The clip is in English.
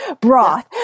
broth